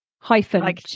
hyphen